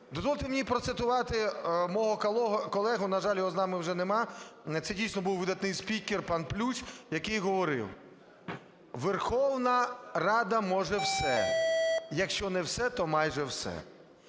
Дозвольте мені процитувати мого колегу, на жаль, його з нами вже немає, це дійсно був видатний спікер – пан Плющ, який говорив: "Верховна Рада може все, якщо не все - то майже все".